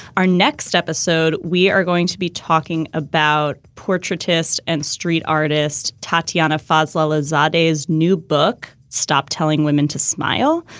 our next episode we are going to be talking about portraitist and street artist tatyana fazlullah zardoz, his new book, stop telling women to smile.